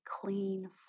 clean